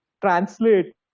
translate